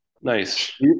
Nice